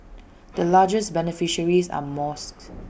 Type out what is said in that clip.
the largest beneficiaries are mosques